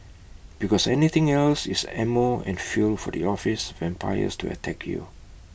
because anything else is ammo and fuel for the office vampires to attack you